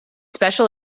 special